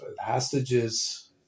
hostages